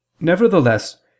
Nevertheless